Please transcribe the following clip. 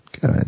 good